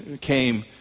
came